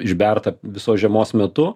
išbertą visos žiemos metu